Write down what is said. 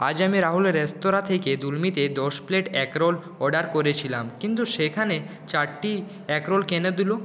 আজ আমি রাহুলের রেস্তোরাঁ থেকে দুৰ্মীতে দশ প্লেট এগরোল অর্ডার করেছিলাম কিন্তু সেখানে চারটি এগরোল কেন দিল